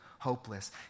hopeless